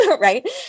right